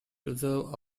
reserve